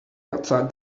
outside